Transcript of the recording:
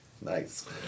Nice